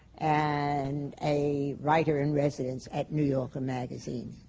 and a writer in residence at new yorker magazine.